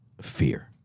fear